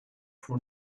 from